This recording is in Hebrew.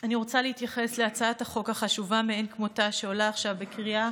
אני רוצה להתייחס להצעת החוק החשובה מאין כמותה שעולה עכשיו בקריאה